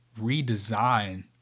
redesign